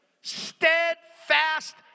steadfast